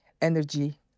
energy